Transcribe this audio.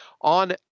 on